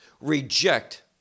reject